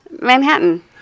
Manhattan